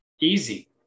Easy